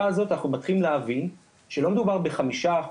הזאת אנחנו מתחילים להבין שלא מדובר ב-5%,